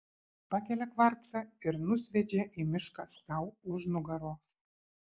pakelia kvarcą ir nusviedžia į mišką sau už nugaros